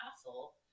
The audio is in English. castle